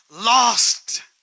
lost